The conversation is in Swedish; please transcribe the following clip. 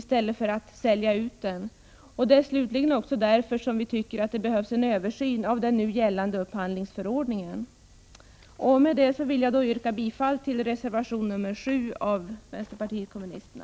Det är också anledningen till att vi tycker att det behövs en översyn av den nu gällande upphandlingsförordningen. Med detta vill jag yrka bifall till reservation 7 från vänsterpartiet kommunisterna.